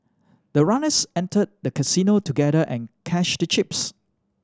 the runners entered the casino together and cashed the chips